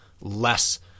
less